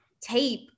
tape